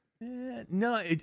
no